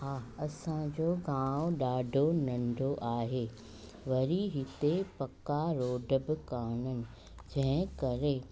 हा असांजो गांव ॾाढो नंढो आहे वरी हिते पका रोड बि कोन आहिनि जंहिं करे